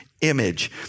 image